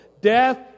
Death